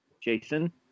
Jason